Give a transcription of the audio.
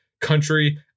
country